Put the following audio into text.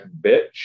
bitch